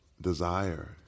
desire